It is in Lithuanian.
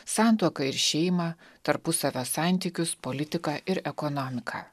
santuoką ir šeimą tarpusavio santykius politiką ir ekonomiką